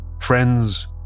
Friends